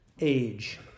age